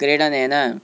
क्रीडनेन